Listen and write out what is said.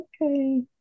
okay